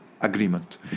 agreement